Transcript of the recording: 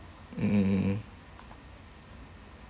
mm mm mm mm